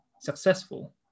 successful